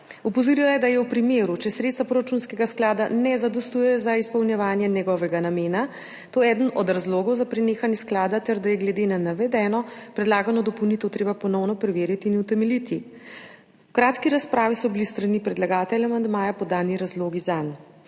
Opozorila je, da je v primeru, če sredstva proračunskega sklada ne zadostujejo za izpolnjevanje njegovega namena, to eden od razlogov za prenehanje sklada ter da je glede na navedeno predlagano dopolnitev treba ponovno preveriti in utemeljiti. V kratki razpravi so bili s strani predlagatelja amandmaja podani razlogi zanj.